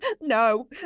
No